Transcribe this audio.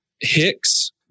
Hicks